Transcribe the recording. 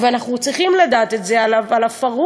ואנחנו צריכים לדעת על ה"פרהוד".